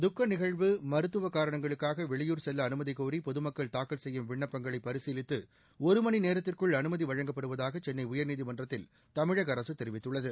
துக்க நிகழ்வு மருத்துவ காரணங்களுக்காக வெளியூர் செல்ல அனுமதிகோரி பொதுமக்கள் தாக்கல் செய்யும் விண்ணப்பங்களை பரீசிலித்து ஒருமணி நேரத்திற்குள் அனுமதி வழங்கப்படுவதாக சென்னை உயர்நீதிமன்றத்தில் தமிழக அரசு தெரிவித்துள்ளது